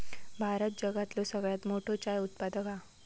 भारत जगातलो सगळ्यात मोठो चाय उत्पादक हा